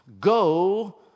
go